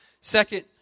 Second